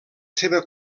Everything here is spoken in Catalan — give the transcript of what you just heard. seva